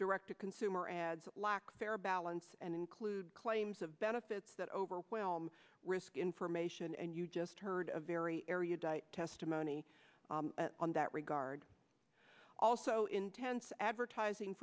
direct to consumer ads lack fair balance and include claims of benefits that overwhelm risk information and you just heard a very area testimony on that regard also intense advertising